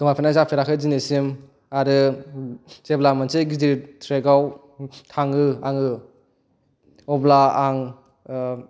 गोमाफेरनाय जाफेराखै दिनैसिम आरो जेब्ला मोनसे गिदिर ट्रेकआव थाङो आङो अब्ला आं